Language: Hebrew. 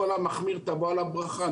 כל המחמיר תבוא עליו ברכה,